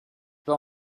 pas